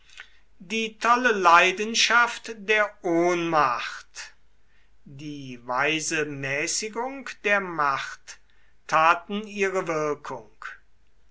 die tolle leidenschaft der ohnmacht die weise mäßigung der macht taten ihre wirkung